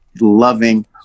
loving